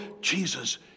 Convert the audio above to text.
Jesus